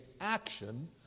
action